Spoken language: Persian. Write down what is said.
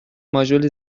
ماژول